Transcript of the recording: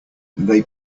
they